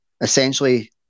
essentially